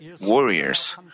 warriors